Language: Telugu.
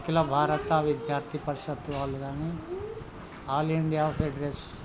అఖిల భారత విద్యార్థి పరిషత్ వాళ్ళు కానీ ఆల్ ఇండియా ఫెడరెస్